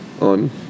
on